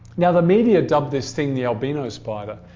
now the media dubbed this thing the albino spider.